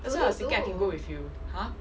that's why I was thinking I can go with you !huh!